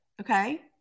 okay